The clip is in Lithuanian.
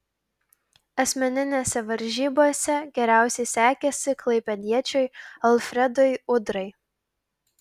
asmeninėse varžybose geriausiai sekėsi klaipėdiečiui alfredui udrai